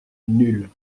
nuls